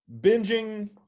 binging